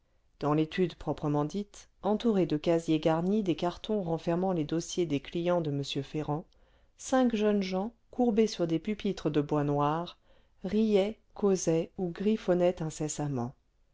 dans l'étude proprement dite entourée de casiers garnis des cartons renfermant les dossiers des clients de m ferrand cinq jeunes gens courbés sur des pupitres de bois noir riaient causaient ou griffonnaient incessamment